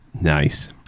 nice